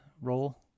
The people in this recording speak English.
role